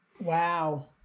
Wow